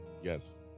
Yes